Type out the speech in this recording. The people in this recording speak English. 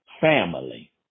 family